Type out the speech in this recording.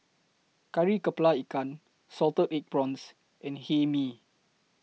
Kari Kepala Ikan Salted Egg Prawns and Hae Mee